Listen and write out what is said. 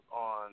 on